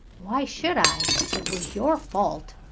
why should i? it was your fault.